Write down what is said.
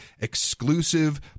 exclusive